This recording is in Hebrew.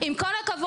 עם כל הכבוד,